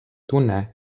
tunne